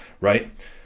right